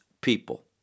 people